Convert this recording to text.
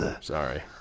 Sorry